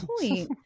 point